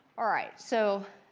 all right, so